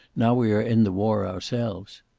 now we are in the war ourselves.